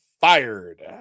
fired